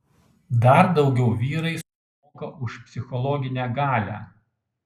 dar daugiau vyrai sumoka už psichologinę galią